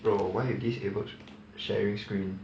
bro why you disabled sharing screen